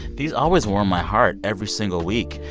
these always warm my heart every single week.